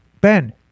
Ben